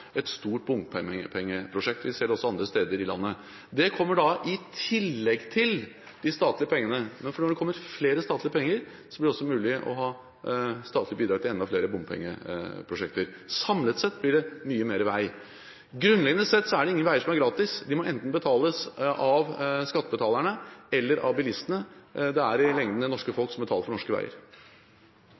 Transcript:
et stort bompengeprosjekt. Vi ser det også andre steder i landet. Det kommer da i tillegg til de statlige pengene. Når det kommer mer statlige penger, blir det også mulig å gi statlig bidrag til enda flere bompengeprosjekter. Samlet sett blir det mye mer vei. Grunnleggende sett er det ingen veier som er gratis. Det må enten betales av skattebetalerne eller av bilistene. Det er i lengden det norske folk som betaler for norske veier.